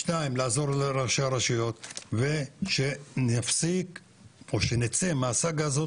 שתיים לעזור לראשי הרשויות ושנספיק או שנצא מהסאגה הזו